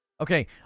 Okay